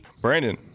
Brandon